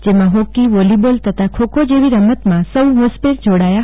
જેમા હોકીવોલીબોલ તથા ખોખો જેવી રમતમાં સૌ હોંશભેર જોડાયા હતા